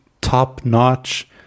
top-notch